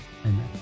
Amen